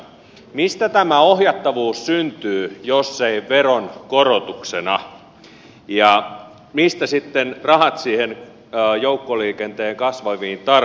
mistä tämä ohjattavuus syntyy jos ei veronkorotuksena ja mistä sitten rahat joukkoliikenteen kasvaviin tarpeisiin